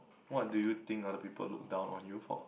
what do you think other people look down on you for